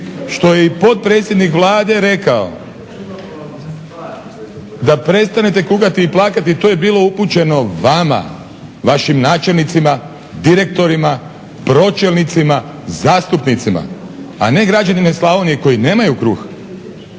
što je i potpredsjednik Vlade rekao da prestanete kukati i plakati to je bilo upućeno vama, vašim načelnicima, direktorima, pročelnicima, zastupnicima, a ne građanima iz Slavonije koji nemaju kruha